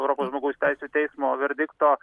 europos žmogaus teisių teismo verdikto